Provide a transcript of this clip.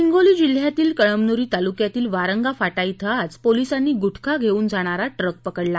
हिंगोली जिल्ह्यातील कळमनुरी तालुक्यातील वारंगाफाटा धिं आज पोलिसांनी गुटखा घेऊन जाणारा ट्रक पकडला